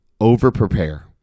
over-prepare